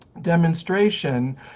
demonstration